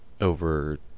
over